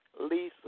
Lisa